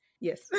Yes